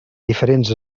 diferents